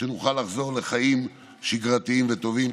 שנוכל לחזור לחיים שגרתיים וטובים.